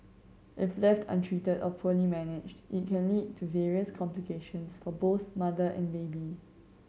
if left untreated or poorly managed it can lead to various complications for both mother and baby